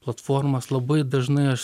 platformas labai dažnai aš